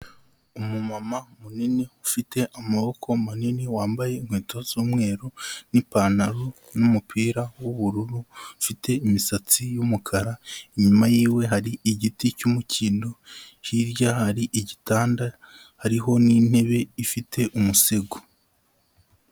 Umumama munini ufite amaboko manini wambaye inkweto z'umweru n'ipantaro n'umupira w'ubururu ufite imisatsi y'umukara, inyuma yiwe hari igiti cy'umukino, hirya hari igitanda, hariho n'intebe ifite umusego.